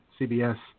CBS